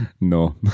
no